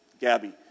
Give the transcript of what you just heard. Gabby